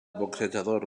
boxejador